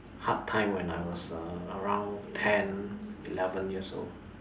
hard time when I was uh around ten eleven years old